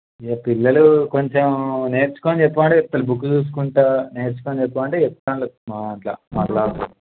ఇక పిల్లలు కొంచెం నేర్చుకోని చెప్పమంటే చెప్తారు బుక్కు చూసుకుంటూ నేర్చుకోని చెప్పమంటే చెప్తారు మా దాంట్లో మా క్లాస్లో